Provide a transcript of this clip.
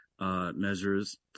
measures